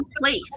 place